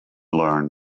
learned